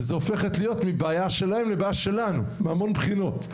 וזה הופכת להיות מבעיה שלהם לבעיה שלנו מהמון בחינות,